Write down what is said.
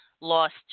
lost